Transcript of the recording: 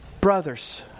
Brothers